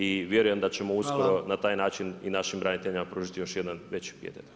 I vjerujem da ćemo uskoro na taj način i našim braniteljima pružiti još jedan veći pijetet.